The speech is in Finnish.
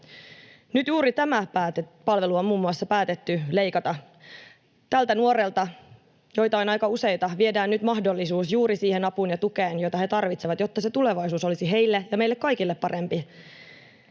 Nyt juuri tämä palvelu on muun muassa päätetty leikata tältä nuorelta, ja aika useilta viedään nyt mahdollisuus juuri siihen apuun ja tukeen, jota he tarvitsevat, jotta tulevaisuus olisi heille ja meille kaikille parempi.